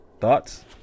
Thoughts